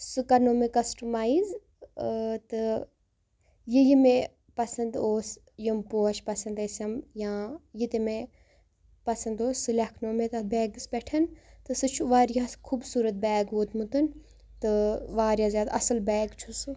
سُہ کَرنو مےٚ کَسٹمایز تہٕ یہِ یہِ مےٚ پَسنٛد اوس یِم پوش پَسنٛد ٲسِم یا یہِ تہِ مےٚ پَسنٛد اوس سُہ لیٚکھنو مےٚ تَتھ بیگَس پٮ۪ٹھ تہٕ سُہ چھُ واریاہ خوٗبصوٗرت بیگ ووتمُت تہٕ واریاہ زیادٕ اَصٕل بیگ چھُ سُہ